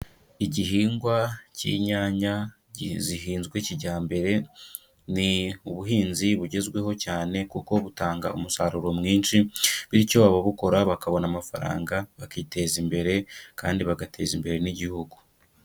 Igihingwa cy'inyanya zihinzwe kijyambere, ni ubuhinzi bugezweho cyane kuko butanga umusaruro mwinshi, bityo ababukora bakabona amafaranga bakiteza imbere kandi bagateza imbere n'Igihugu.